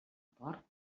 porc